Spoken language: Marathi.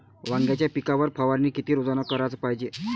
वांग्याच्या पिकावर फवारनी किती रोजानं कराच पायजे?